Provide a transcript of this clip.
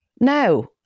Now